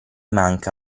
manca